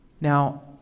Now